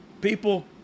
people